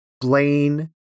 Blaine